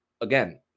again